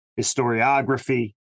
historiography